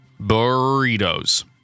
Burritos